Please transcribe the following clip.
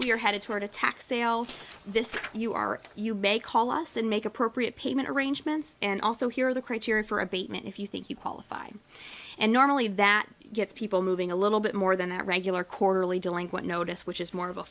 we're headed toward a tax sale this you are you may call us and make appropriate payment arrangements and also here are the criteria for abatement if you think you qualify and normally that gets people moving a little bit more than that regular quarterly delinquent notice which is more of a